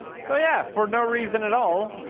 so yeah for no reason at all